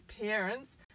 parents